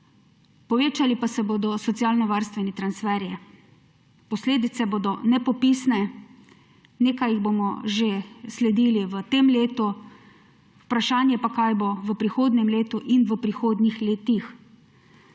povečali pa se bodo socialnovarstveni transferji. Posledice bodo nepopisne, nekaj jih bomo že sledili v tem letu, vprašanje pa, kaj bo v prihodnjem letu in v prihodnih letih.